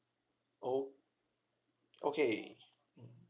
oh okay mm